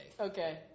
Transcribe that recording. Okay